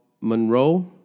Monroe